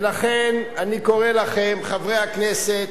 ולכן אני קורא לכם, חברי הכנסת,